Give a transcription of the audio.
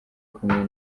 kumwe